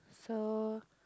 so